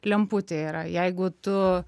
lemputė yra jeigu tu